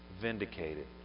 vindicated